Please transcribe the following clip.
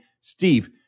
Steve